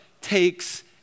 takes